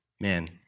Man